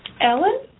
Ellen